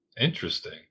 Interesting